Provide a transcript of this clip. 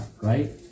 right